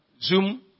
zoom